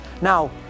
Now